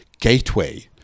gateway